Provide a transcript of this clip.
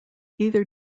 either